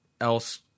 else